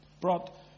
brought